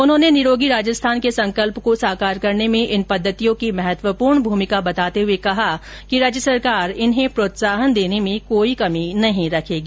उन्होंने निरोगी राजस्थान के े संकल्प को साकार करने में इन पद्धतियों की महत्वपूर्ण भूमिका बताते हुए कहा कि राज्य सरकार इन्हें प्रोत्साहन देने में कोई कमी नहीं रखेगी